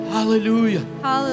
Hallelujah